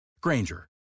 Granger